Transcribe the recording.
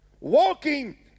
Walking